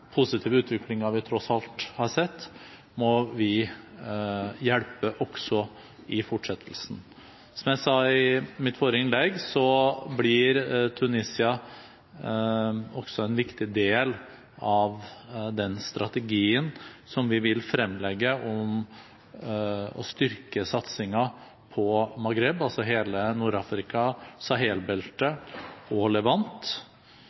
positive utviklingen vi tross alt har sett, må vi hjelpe også i fortsettelsen. Som jeg sa i mitt forrige innlegg, blir Tunisia også en viktig del av den strategien som vi vil fremlegge, om å styrke satsingen på Maghreb, altså hele